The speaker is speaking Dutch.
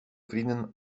vrienden